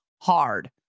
hard